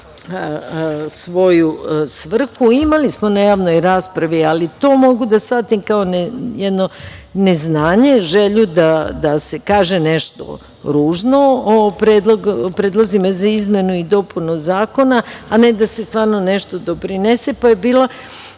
svoju svrhu. Imali smo na Javnoj raspravi, ali to mogu da shvatim kao jedno neznanje, želju da se kaže nešto ružno o predlozima za izmene i dopune zakona, a ne da se stvarno nešto doprinese, pa je bila